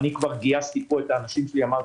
אני כבר גייסתי פה את האנשים שלי ואמרתי: